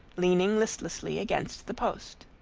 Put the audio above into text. leaning listlessly against the post.